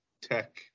tech